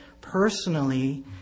personally